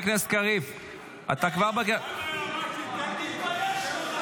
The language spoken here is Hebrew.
--- תתבייש לך,